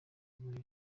kugwira